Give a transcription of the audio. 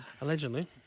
Allegedly